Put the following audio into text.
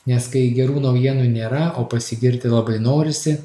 nes kai gerų naujienų nėra o pasigirti labai norisi